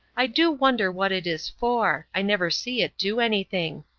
i do wonder what it is for i never see it do anything.